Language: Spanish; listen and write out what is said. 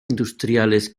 industriales